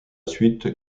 suite